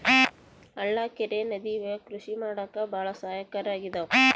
ಹಳ್ಳ ಕೆರೆ ನದಿ ಇವೆಲ್ಲ ಕೃಷಿ ಮಾಡಕ್ಕೆ ಭಾಳ ಸಹಾಯಕಾರಿ ಆಗಿದವೆ